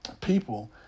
people